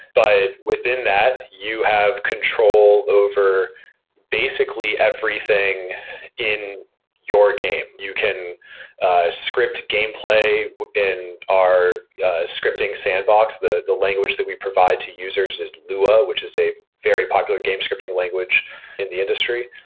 but within that, you have control over basically everything in your game. you can script gameplay in our scripting sandbox. the the language that we provide to users is lua, which is a very popular game scripting language in the industry.